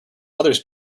others